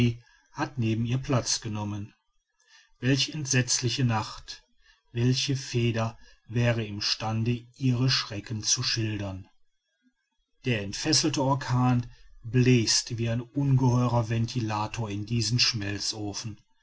hat neben ihr platz genommen welch entsetzliche nacht welche feder wäre im stande ihre schrecken zu schildern der entfesselte orkan bläst wie ein ungeheurer ventilator in diesen schmelzofen